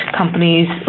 companies